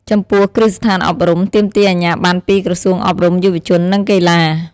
ចំពោះគ្រឹះស្ថានអប់រំ ទាមទារអាជ្ញាប័ណ្ណពីក្រសួងអប់រំ យុវជន និងកីឡា។